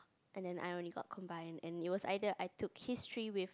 and then I only got combined and then it was either I took history with